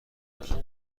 دارم